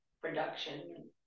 production